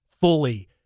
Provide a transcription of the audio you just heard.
fully